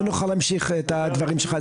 לא נוכל להמשיך את הדברים שלך.